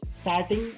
starting